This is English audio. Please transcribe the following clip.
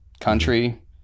country